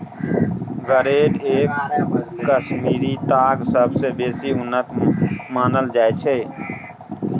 grade A Kashmiri ताग सबसँ बेसी उन्नत मानल जाइ छै